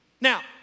Now